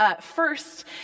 First